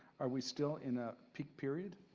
are we still in a peak period?